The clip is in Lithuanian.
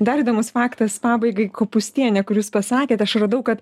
dar įdomus faktas pabaigai kopūstienė kur jūs pasakėt aš radau kad